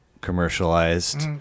commercialized